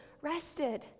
rested